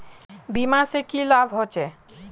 बीमा से की लाभ होचे?